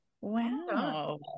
wow